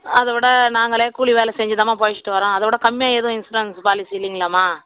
அதோட நாங்களே கூலி வேலை செஞ்சிதாம்மா பொழைச்சிட்டு வரோம் அதோட கம்மியாக ஏதுவும் இன்சூரன்ஸ் பாலிசி இல்லைங்கலாம்மா